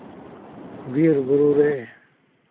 ᱵᱤᱨ ᱵᱩᱨᱩ ᱨᱮ